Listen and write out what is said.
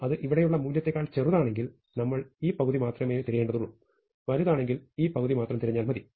അത് ഇവിടെയുള്ള മൂല്യത്തേക്കാൾ ചെറുതാണെങ്കിൽ നമ്മൾ ഈ പകുതി മാത്രമേ തിരയേണ്ടതുള്ളൂ വലുതാണെങ്കിൽ മാത്രം ഈ പകുതിയിൽ തിരഞ്ഞാൽ മതി